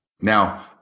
Now